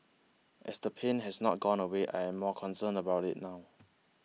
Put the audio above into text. as the pain has not gone away I am more concerned about it now